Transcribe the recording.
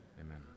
Amen